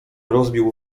rozbił